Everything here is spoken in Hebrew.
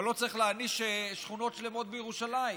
אבל לא צריך להעניש שכונות שלמות בירושלים.